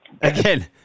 Again